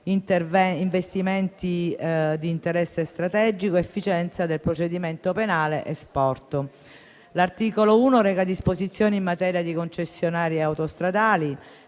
investimenti di interesse strategico, efficienza del procedimento penale e sport. L'articolo 1 reca disposizioni in materia di concessionarie autostradali